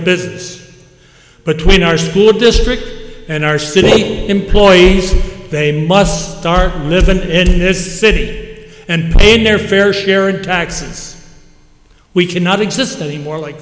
business but when our school district and our city employees they must start living in this city and in their fair share in taxes we cannot exist anymore like